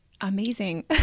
amazing